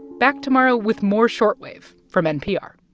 back tomorrow with more short wave from npr